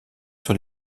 sur